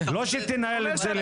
זה לא שתנהל את זה לבד.